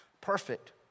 perfect